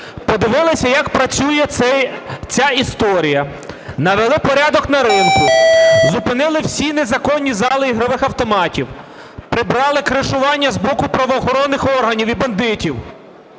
подивилися, як працює ця історія, навели порядок на ринку, зупинили всі незаконні зали ігрових автоматів, прибрали кришування з боку правоохоронних органів і бандитів.